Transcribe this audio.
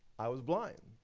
i was blind,